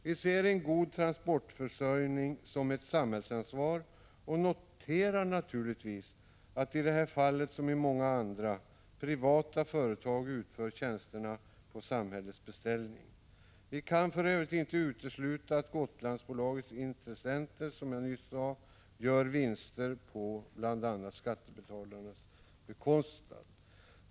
Vpk ser en god transportförsörjning som ett samhällsansvar och noterar naturligtvis att i detta fall, som i många andra, privata företag utför tjänsterna på samhällets beställning. Vi kan för övrigt inte utesluta att Gotlandsbolagets intressenter, som jag nyss sade, gör vinster på bl.a. skattebetalarnas bekostnad.